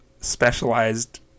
specialized